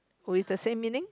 or with the same meaning